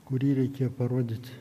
kurį reikėjo parodyt